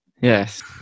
Yes